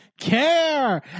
care